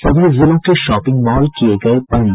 सभी जिलों के शॉपिंग मॉल किये गये बंद